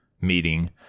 meeting